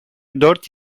dört